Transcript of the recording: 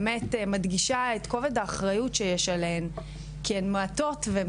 ומדגישה את כובד האחריות שיש עליהן כי הן מעטות והן